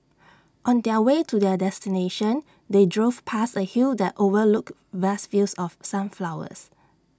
on their way to their destination they drove past A hill that overlooked vast fields of sunflowers